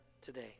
today